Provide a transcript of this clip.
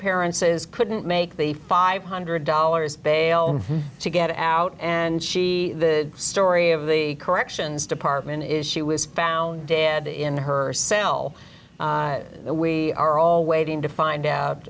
appearances couldn't make the five hundred dollars bail to get out and she the story of the corrections department is she was found dead in her cell we are all waiting to find out